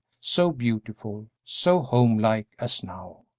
so beautiful, so homelike as now.